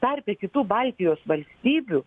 tarpe kitų baltijos valstybių